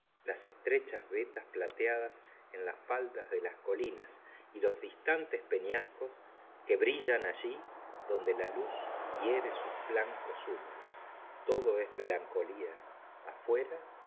las estrechas vetas plateadas en las faldas de las co mas y los distantes peñascos que brillan allí donde la luz hiere sus flancos húmedos todo es melancolía afuera